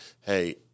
hey